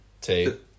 Two